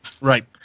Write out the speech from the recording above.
Right